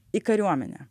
į kariuomenę